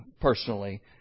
personally